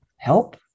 help